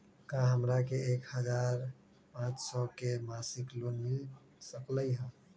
का हमरा के एक हजार पाँच सौ के मासिक लोन मिल सकलई ह?